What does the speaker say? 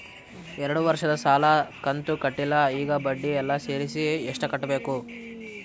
ಎರಡು ವರ್ಷದ ಸಾಲದ ಕಂತು ಕಟ್ಟಿಲ ಈಗ ಬಡ್ಡಿ ಎಲ್ಲಾ ಸೇರಿಸಿ ಎಷ್ಟ ಕಟ್ಟಬೇಕು?